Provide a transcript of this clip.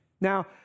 Now